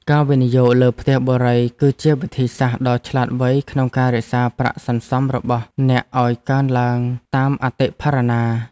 ការវិនិយោគលើផ្ទះបុរីគឺជាវិធីសាស្ត្រដ៏ឆ្លាតវៃក្នុងការរក្សាប្រាក់សន្សំរបស់អ្នកឱ្យកើនឡើងតាមអតិផរណា។